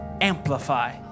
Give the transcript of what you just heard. amplify